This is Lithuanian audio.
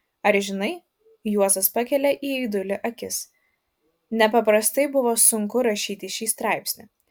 ar žinai juozas pakelia į aidulį akis nepaprastai buvo sunku rašyti šį straipsnį